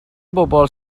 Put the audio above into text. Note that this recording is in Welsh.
bobl